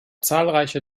zahlreiche